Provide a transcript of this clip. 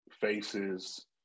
faces